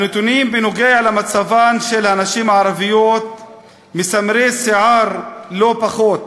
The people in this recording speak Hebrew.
הנתונים על מצבן של הנשים הערביות מסמרי שיער לא פחות: